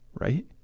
right